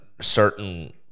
certain